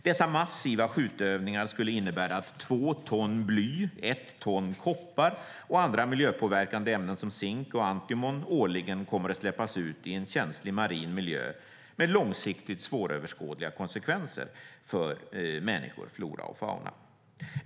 Dessa massiva skjutövningar skulle innebära att två ton bly, ett ton koppar och andra miljöpåverkande ämnen som zink och antimon årligen kommer att släppas ut i en känslig marin miljö med långsiktigt svåröverskådliga konsekvenser för människor, flora och fauna.